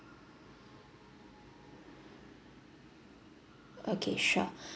okay sure